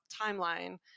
timeline